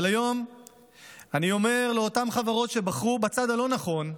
אבל היום אני אומר לאותן חברות שבחרו בצד הלא-נכון: